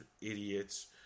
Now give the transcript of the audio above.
idiots